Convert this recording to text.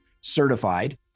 certified